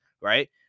right